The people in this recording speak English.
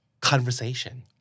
conversation